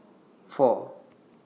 four